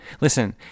Listen